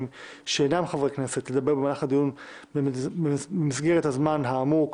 שאינם חברי חברי לדבר במהלך הדיון במסגרת הזמן האמור,